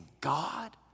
God